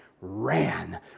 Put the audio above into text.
ran